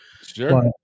Sure